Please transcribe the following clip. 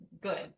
Good